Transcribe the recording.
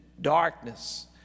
darkness